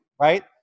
Right